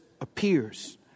appears